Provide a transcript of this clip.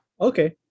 Okay